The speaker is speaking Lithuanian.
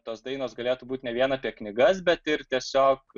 tos dainos galėtų būt ne vien apie knygas bet ir tiesiog